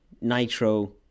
Nitro